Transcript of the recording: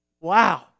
Wow